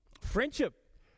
Friendship